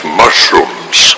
mushrooms